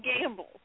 Gamble